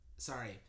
sorry